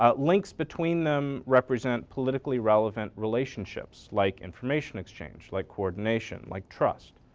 ah links between them represent politically relevant relationships like information exchange, like coordination, like trust.